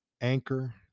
Anchor